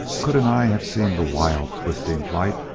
could an eye have seen the wild, twisting flight,